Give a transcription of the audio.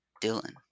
Dylan